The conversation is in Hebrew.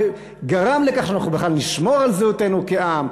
גרם לכך שאנחנו בכלל נשמור על זהותנו כעם,